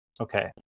Okay